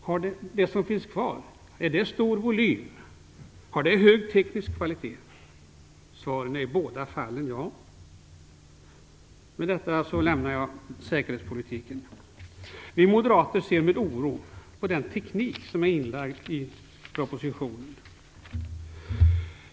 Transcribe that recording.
Har det som finns kvar stor volym och hög teknisk kvalitet? Svaret är i båda fallen ja. Med detta lämnar jag säkerhetspolitiken. Vi moderater ser med oro på den teknik som tilllämpas i propositionen.